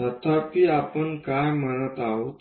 तथापि आपण काय म्हणत आहोत